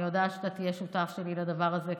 אני יודעת שאתה תהיה שותף שלי לדבר הזה,